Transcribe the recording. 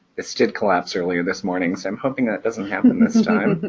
this did collapse earlier this morning so i'm hoping that doesn't happen this time